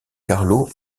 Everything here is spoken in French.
carlo